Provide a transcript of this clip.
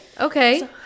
okay